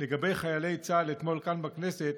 לגבי חיילי צה"ל אתמול כאן בכנסת,